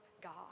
God